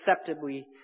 acceptably